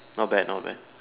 not bad not bad